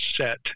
set